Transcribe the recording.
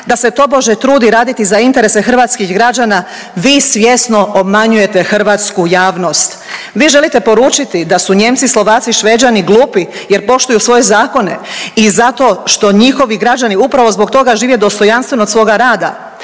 da se tobože trudi raditi za interese hrvatskih građana vi svjesno obmanjujete hrvatsku javnost. Vi želite poručiti da su Nijemci, Slovaci i Šveđani glupi jer poštuju svoje zakone i zato što njihovi građani upravo zbog toga žive dostojanstveno od svoga rada.